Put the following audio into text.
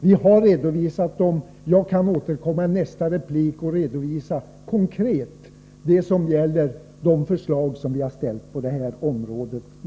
Vi har redovisat detta, och jag kan återkomma i nästa replik och redovisa konkret för de förslag vi har framställt på det här området.